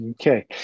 Okay